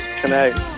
connect